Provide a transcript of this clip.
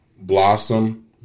blossom